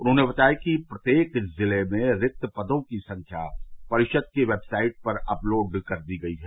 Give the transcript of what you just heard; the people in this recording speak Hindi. उन्होंने बताया कि प्रत्येक जिले में रिक्त पदों की संख्या परिषद की वेबसाइट पर अपलोड कर दी गई है